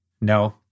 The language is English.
No